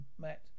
Matt